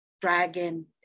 dragon